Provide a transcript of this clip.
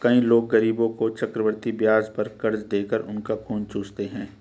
कई लोग गरीबों को चक्रवृद्धि ब्याज पर कर्ज देकर उनका खून चूसते हैं